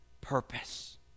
purpose